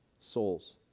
souls